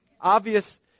obvious